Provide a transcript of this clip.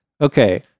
Okay